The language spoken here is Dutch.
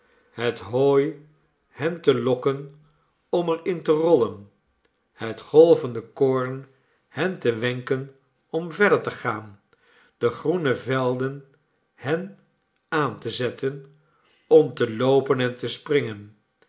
het hooi hen te lokken om er in te rollen het golvende koorn hen te wenken om verder te gaan de groene velden hen aan te zetten om te loopen en te springen